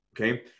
okay